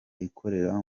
ikorera